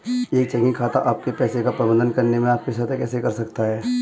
एक चेकिंग खाता आपके पैसे का प्रबंधन करने में आपकी सहायता कैसे कर सकता है?